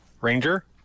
ranger